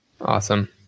Awesome